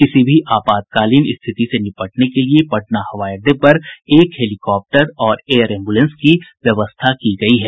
किसी भी आपातकालीन स्थिति से निपटने के लिये पटना हवाई अड्डे पर एक हेलीकॉप्टर और एयर एंबुलेंस की व्यवस्था की गयी है